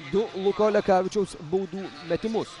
du luko lekavičiaus baudų metimus